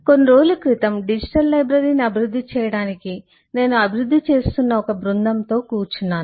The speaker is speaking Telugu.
కొన్ని రోజుల క్రితం డిజిటల్ లైబ్రరీని అభివృద్ధి చేయడానికి నేను అభివృద్ధి చేస్తున్న ఒక బృందంతో కూర్చున్నాను